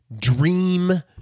Dream